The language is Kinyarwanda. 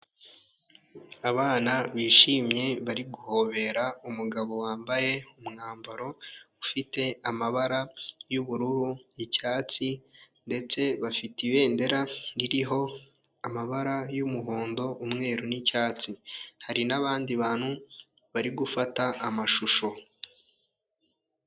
Abana bishimye bari guhobera umugabo wambaye umwambaro ufite amabara y'ubururu, icyatsi ndetse bafite ibendera ririho amabara y'umuhondo umweru n'icyatsi, hari n'abandi bantu bari gufata amashusho.